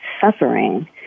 suffering